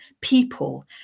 people